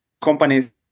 companies